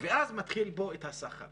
ואז מתחיל פה הסחר